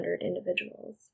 individuals